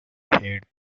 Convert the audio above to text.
head